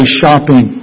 shopping